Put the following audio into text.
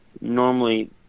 normally